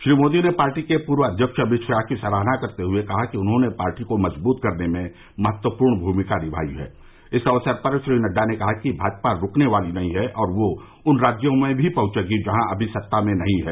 श्री मोदी ने पार्टी के पूर्व अध्यक्ष अमित शाह की सराहना करते हुए कहा कि उन्होंने पार्टी को मजबूत करने में महत्वपूर्ण भूमिका निमाई है इस अवसर पर श्री नड्डा ने कहा कि भाजपा रुकने वाली नहीं है और वह उन राज्यों में भी पहंचेगी जहां अभी सत्ता में नहीं है